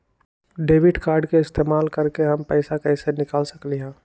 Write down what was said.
Debit card के इस्तेमाल करके हम पैईसा कईसे निकाल सकलि ह?